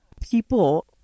people